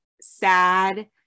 sad